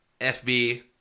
FB